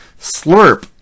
Slurp